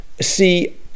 see